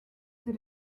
did